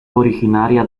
originaria